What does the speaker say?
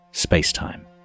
space-time